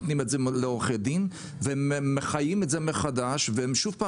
נותנים את זה לעורכי דין והם מחיים את זה מחדש ושוב פעם